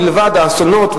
בלבד האסונות,